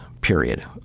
period